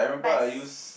but s~